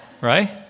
right